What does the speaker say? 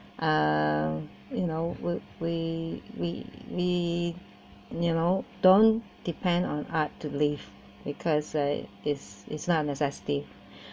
uh you know we we we you know don't depend on art to live because uh is is not a necessity